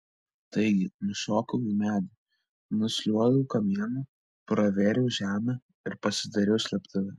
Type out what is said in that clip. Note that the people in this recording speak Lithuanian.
taigi nušokau į medį nusliuogiau kamienu pravėriau žemę ir pasidariau slėptuvę